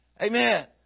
Amen